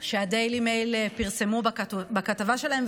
שהדיילי מייל פרסמו בכתבה שלהם,